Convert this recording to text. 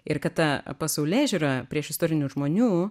ir kad ta pasaulėžiūra priešistorinių žmonių